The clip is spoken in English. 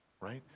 right